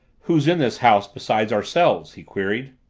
who's in this house besides ourselves? he queried.